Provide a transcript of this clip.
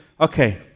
okay